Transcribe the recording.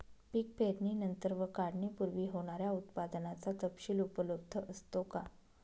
पीक पेरणीनंतर व काढणीपूर्वी होणाऱ्या उत्पादनाचा तपशील उपलब्ध असतो का?